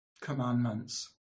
commandments